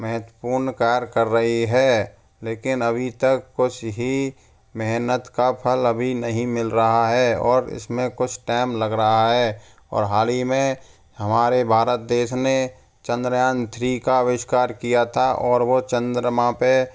महत्वपूर्ण कार्य कर रही है लेकिन अभी तक कुछ ही मेहनत का फल अभी नहीं मिल रहा है ओर इसमें कुछ टाइम लग रहा है और हाल ही में हमारे भारत देश ने चंद्रयान थ्री का आविष्कार किया था और वो चंद्रमा पर